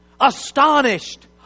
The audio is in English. Astonished